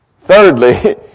Thirdly